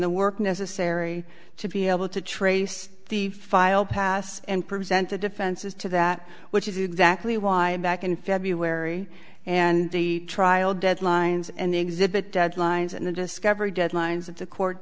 the work necessary to be able to trace the file past and present the defenses to that which is exactly why i'm back in february and the trial deadlines and the exhibit deadlines and the discovery deadlines of the court